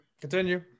Continue